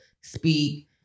speak